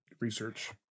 research